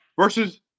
Versus